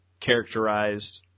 characterized